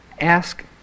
ask